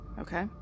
Okay